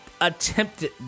attempted